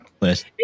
list